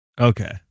Okay